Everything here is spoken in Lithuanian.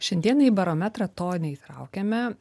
šiandieną į barometrą to neįtraukiame